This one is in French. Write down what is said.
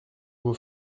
vos